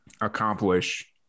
accomplish